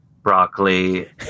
Broccoli